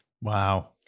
Wow